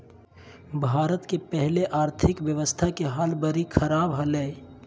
भारत के पहले आर्थिक व्यवस्था के हाल बरी ख़राब हले